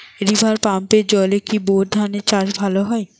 River পাম্পের জলে কি বোর ধানের চাষ ভালো হয়?